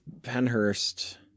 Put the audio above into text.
Penhurst